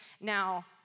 Now